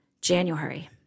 January